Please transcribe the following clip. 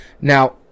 Now